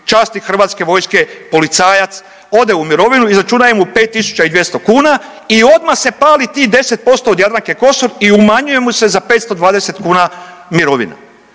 časnik HV-a, policajac ode u mirovinu i izračunaju mu 5.200 kuna i odma se pali tih 10% od Jadranke Kosor i umanjuje mu se za 520 kuna mirovina,